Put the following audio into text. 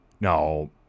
No